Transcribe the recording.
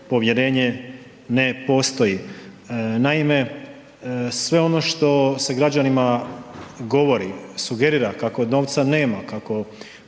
povjerenje ne postoji. Naime, sve ono što se građanima govori, sugerira kako novca nema, kako